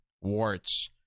Warts